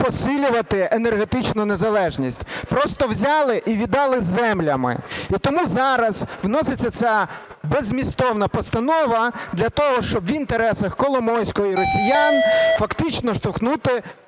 посилювати енергетичну незалежність. Просто взяли і віддали землями. І тому зараз вноситься ця беззмістовна постанова для того, щоб в інтересах Коломойського і росіян фактично штовхнути